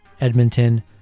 Edmonton